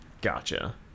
gotcha